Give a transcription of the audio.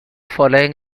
following